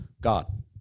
God